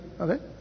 Okay